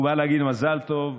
הוא בא להגיד: מזל טוב.